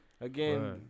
again